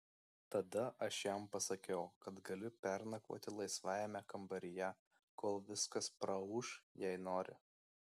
tada aš jam pasakiau kad gali pernakvoti laisvajame kambaryje kol viskas praūš jei nori